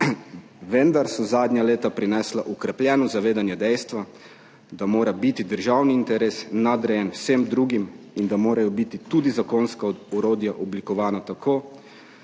vendar so zadnja leta prinesla okrepljeno zavedanje dejstva, da mora biti državni interes nadrejen vsem drugim in da morajo biti tudi zakonska orodja oblikovana tako,